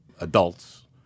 adults